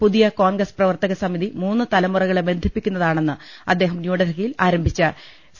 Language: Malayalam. പുതിയ കോൺഗ്രസ് പ്രവർത്തക സമിതി മൂന്ന് തലമുറകളെ ബന്ധിപ്പിക്കുന്നതാണെന്ന് അദ്ദേഹം ന്യൂഡൽഹിയിൽ ആരംഭിച്ച സി